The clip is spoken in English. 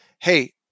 hey